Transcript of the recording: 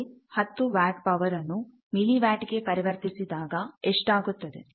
ಅದೇ 10 ವಾಟ್ ಪವರ್ಅನ್ನು milliwatt ಗೆ ಪರಿವರ್ತಿಸಿದಾಗ ಎಷ್ಟಾಗುತ್ತದೆ